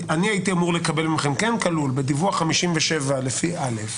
אתם הייתם צריכים לבוא ולהגיד, בדיווח 57 לפי א'